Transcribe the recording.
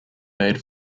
made